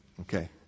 Okay